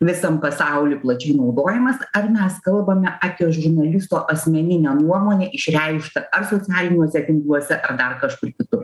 visam pasauly plačiai naudojamas ar mes kalbame apie žurnalisto asmeninę nuomonę išreikštą ar socialiniuose tinkluose dar kažkur kitur